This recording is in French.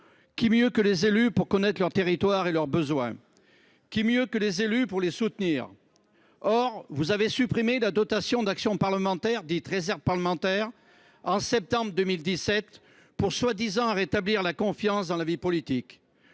Qui mieux que les élus pour connaître leur territoire et leurs besoins ? Qui mieux que les élus pour les soutenir ? Or, en septembre 2017, vous avez supprimé la dotation d’action parlementaire, dite réserve parlementaire, prétendument pour rétablir la confiance dans la vie politique.